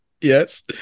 Yes